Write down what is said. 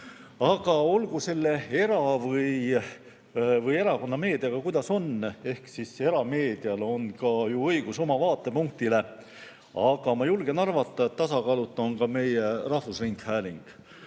Olgu selle era- või erakonnameediaga, kuidas on – erameedial on ka õigus oma vaatepunktile –, aga ma julgen arvata, et tasakaaluta on meie rahvusringhääling.